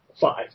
five